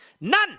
None